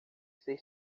ser